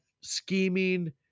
scheming